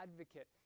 advocate